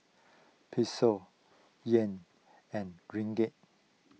Peso Yuan and Ringgit